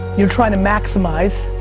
you're trying to maximize